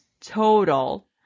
total